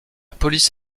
police